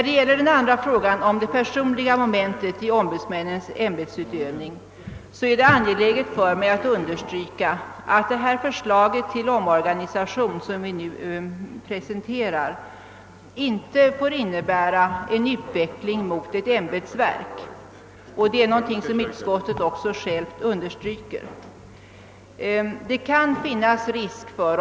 Beträffande den andra frågan, som gäller det personliga momentet i ombudsmännens ämbetsutövning, är det angeläget för mig att understryka att det förslag till omorganisation som vi nu presenterar inte får innebära en utveckling mot ett ämbetsverk, och det understryker också utskottet.